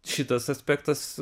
šitas aspektas